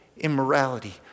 immorality